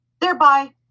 thereby